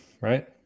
right